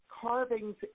carvings